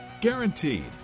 Guaranteed